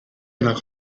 nach